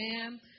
Amen